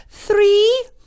three